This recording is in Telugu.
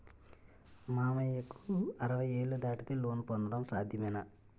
మామయ్యకు అరవై ఏళ్లు దాటితే లోన్ పొందడం సాధ్యమేనా?